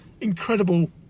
incredible